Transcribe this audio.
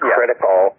critical